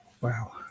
Wow